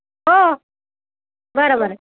हो बरं बरं